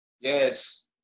Yes